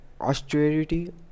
austerity